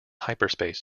hyperspace